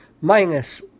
minus